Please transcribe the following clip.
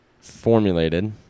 formulated